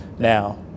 Now